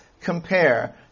compare